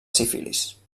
sífilis